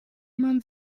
man